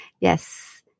yes